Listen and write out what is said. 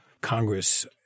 Congress